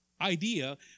idea